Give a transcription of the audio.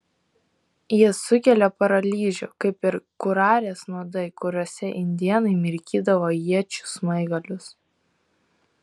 jie sukelia paralyžių kaip ir kurarės nuodai kuriuose indėnai mirkydavo iečių smaigalius